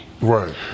Right